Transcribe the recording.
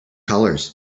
colors